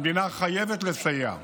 המדינה חייבת לסייע,